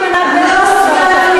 אני ישבתי עם ענת,